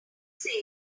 save